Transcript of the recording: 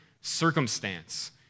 circumstance